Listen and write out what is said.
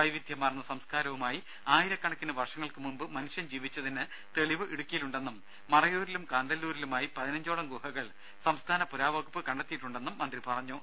വൈവിധ്യമാർന്ന സംസ്കാരവുമായി ആയിരക്കണക്കിന് വർഷങ്ങൾക്ക് മുൻപ് മനുഷ്യൻ ജീവിച്ചതിന് തെളിവ് ഇടുക്കിയിലുണ്ടെന്നും മറയൂരിലും കാന്തല്ലൂരിലുമായി പതിനഞ്ചോളം ഗുഹകൾ സംസ്ഥാന പുരാവകുപ്പ് കണ്ടെത്തിയിട്ടുണ്ടെന്നും മന്ത്രി പറഞ്ഞു